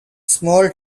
small